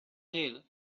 sale